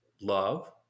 love